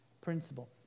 principle